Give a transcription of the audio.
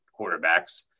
quarterbacks